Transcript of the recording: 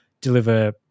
deliver